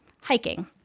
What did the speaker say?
hiking